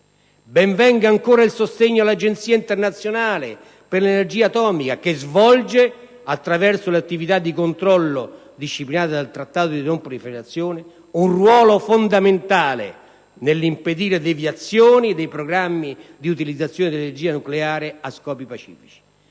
Ben venga, ancora, il sostegno all'Agenzia internazionale per l'energia atomica che svolge, attraverso le attività di controllo disciplinate dal Trattato di non proliferazione, un ruolo fondamentale nell'impedire deviazioni dai programmi di utilizzazione dell'energia nucleare a scopi pacifici.